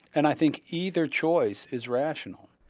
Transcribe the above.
and i think either choice is rational.